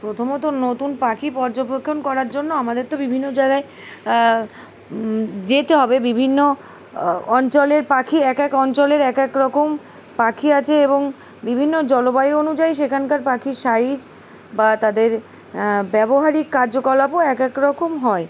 প্রথমত নতুন পাখি পর্যবেক্ষণ করার জন্য আমাদের তো বিভিন্ন জায়গায় যেতে হবে বিভিন্ন অঞ্চলের পাখি এক এক অঞ্চলের এক এক রকম পাখি আছে এবং বিভিন্ন জলবায়ু অনুযায়ী সেখানকার পাখির সাইজ বা তাদের ব্যবহারিক কার্যকলাপও এক এক রকম হয়